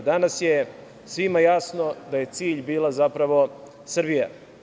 Danas je svima jasno da je cilj bila zapravo, Srbija.